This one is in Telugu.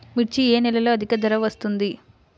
మిర్చి ఏ నెలలో అధిక ధర వస్తుంది?